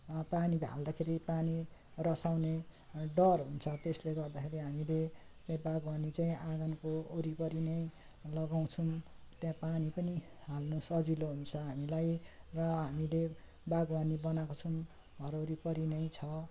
हँ पानी ढाल्दाखेरि पानी रसाउने डर हुन्छ त्यसले गर्दाखेरि हामीले त्यो बागवानी चाहिँ आँगनको वरिपरि नै लगाउँछौँ त्यहाँ पानी पनि हाल्नु सजिलो हुन्छ हामीलाई र हामीले बागवानी बनाएको छौँ घर वरिपरि नै छ